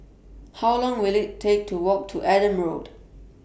How Long Will IT Take to Walk to Adam Road